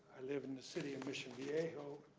i live in the city of mission viejo.